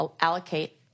allocate